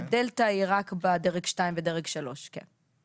הדלתא היא רק בדרג 1 ודרג 3. כן.